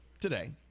today